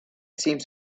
seems